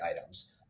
items